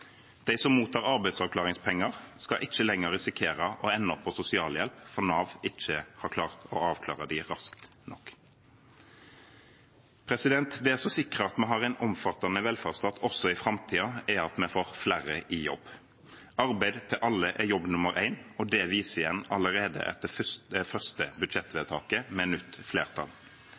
De som mottar arbeidsavklaringspenger, skal ikke lenger risikere å ende opp på sosialhjelp fordi Nav ikke har klart å avklare dem raskt nok. Det som sikrer at vi har en omfattende velferdsstat også i framtiden, er at vi får flere i jobb. Arbeid til alle er jobb nummer én, og det vises igjen allerede i det første budsjettvedtaket med nytt flertall.